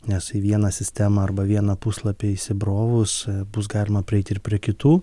nes į vieną sistemą arba vieną puslapį įsibrovus bus galima prieit ir prie kitų